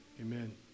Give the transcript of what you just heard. amen